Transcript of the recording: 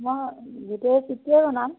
মই গোটেই চেটতোৱে বনাম